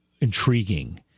intriguing